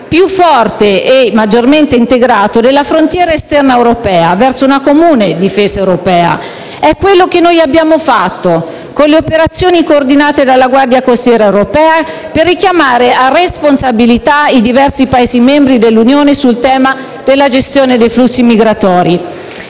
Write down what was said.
più forte e maggiormente integrato della frontiera esterna europea, verso una comune difesa europea. È quello che noi abbiamo fatto con le operazioni coordinate dalla Guardia costiera europea per richiamare a responsabilità i diversi Paesi membri dell'Unione sul tema della gestione dei flussi migratori.